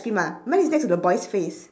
cream ah mine is next to the boy's face